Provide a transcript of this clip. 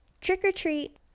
Trick-or-treat